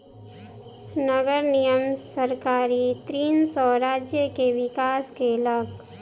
नगर निगम सरकारी ऋण सॅ राज्य के विकास केलक